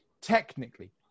Technically